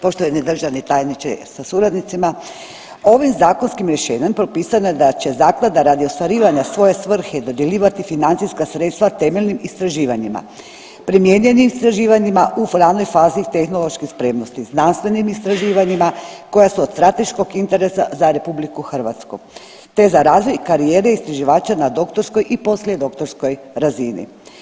Poštovani državni tajniče sa suradnicima, ovim zakonskim rješenjem propisano je da će zaklada radi ostvarivanja svoje svrhe dodjeljivati financijska sredstva temeljnim istraživanjima, primijenjenim istraživanjima u ranoj fazi tehnološke spremnosti, znanstvenim istraživanjima koja su od strateškog interesa za Republiku Hrvatsku, te za razvoj karijere istraživača na doktorskoj i poslije doktorskoj razini.